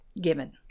given